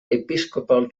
episcopal